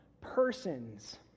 persons